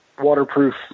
waterproof